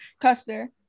Custer